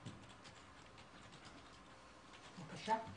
אדוני, בבקשה.